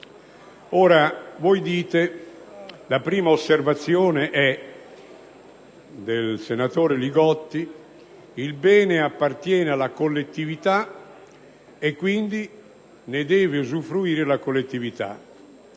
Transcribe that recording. Ora, voi dite - e la prima osservazione è del senatore Li Gotti - che il bene appartiene alla collettività e quindi ne deve usufruire quest'ultima.